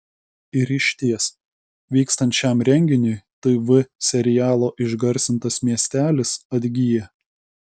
ir išties vykstant šiam renginiui tv serialo išgarsintas miestelis atgyja